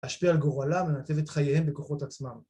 אשפיע על גורלם לנתב את חייהם בכוחות עצמם.